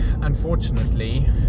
unfortunately